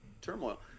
turmoil